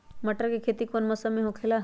मटर के खेती कौन मौसम में होखेला?